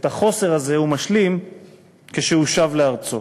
את החוסר הזה הוא משלים כשהוא שב לארצו.